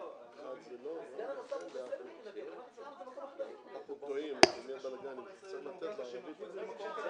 11:52.